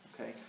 Okay